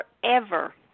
forever